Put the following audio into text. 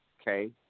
Okay